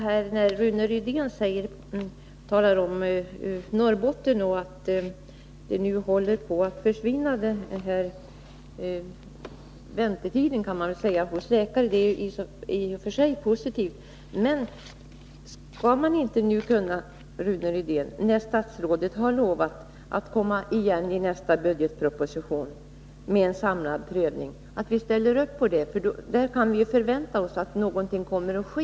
Herr talman! Rune Rydén talade om situationen i Norrbotten och sade att bristen på läkare där håller på att upphävas, och det är i och för sig positivt. Men, Rune Rydén, när nu statsrådet har lovat att komma igen i nästa budgetproposition efter en samlad prövning, skulle vi då inte kunna acceptera det? Vi kan ju förvänta oss att någonting kommer att ske.